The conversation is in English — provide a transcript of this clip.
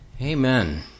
Amen